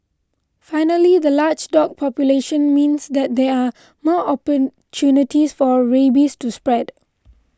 finally the large dog population means that there are more opportunities for rabies to spread